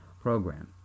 program